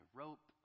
rope